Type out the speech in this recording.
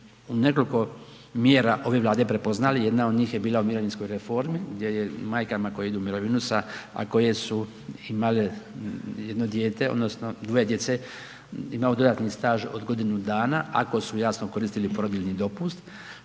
u nekoliko mjera ove Vlade prepoznali. Jedna od njih je bila o Mirovinskoj reformi gdje je majkama koje idu u mirovinu sa, a koje su imale jedno dijete, odnosno dvoje djece imao dodatni staž od godinu dana ako su jasno koristili porodiljni dopust